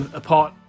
apart